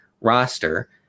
roster